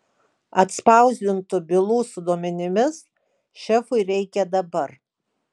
atspausdintų bylų su duomenimis šefui reikia dabar